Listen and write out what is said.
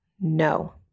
no